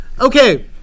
Okay